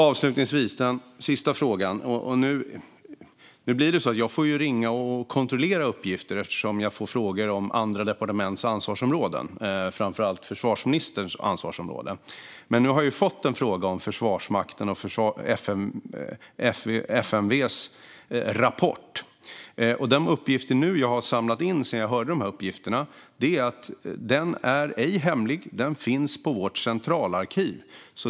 Avslutningsvis ska jag ta upp den sista frågan. Jag får ju ringa och kontrollera uppgifter, eftersom jag får frågor om andra departements ansvarsområden, framför allt försvarsministerns ansvarsområden. Men nu har jag fått en fråga om Försvarsmakten och FMV:s rapport. De uppgifter jag har samlat in sedan jag hörde de här uppgifterna är: Den är ej hemlig. Den finns på vårt centralarkiv.